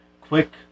quick